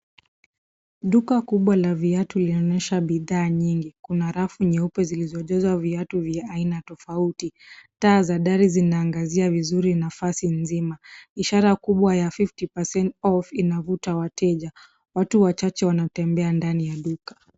Duka kubwa la viatu linaonyesha bidhaa nyingi. Kuna rafu nyeupe zilizojazwa viatu vya aina tofauti. Taa za dari zinaangazia vizuri nafasi nzima. Ishara kubwa ya 50% OFF inavuta wateja. watu wachache wanatembea ndani ya duka.